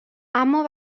اما